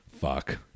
fuck